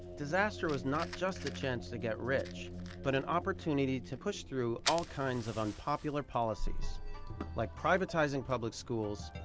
disaster was not just a chance to get rich but an opportunity to push through all kinds of unpopular policies like privatizing public schools,